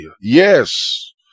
Yes